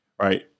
Right